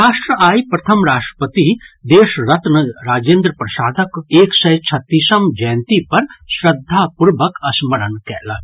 राष्ट्र आइ प्रथम राष्ट्रपति देशरत्न राजेन्द्र प्रसादक एक सय छत्तीसम जयंती पर श्रद्धा पूर्वक स्मरण कयलक